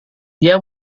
dia